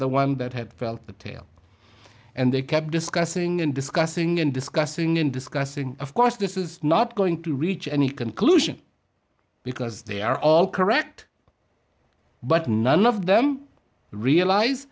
the one that had felt the tail and they kept discussing and discussing and discussing in discussing of course this is not going to reach any conclusion because they are all correct but none of them realize